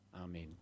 Amen